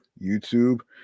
youtube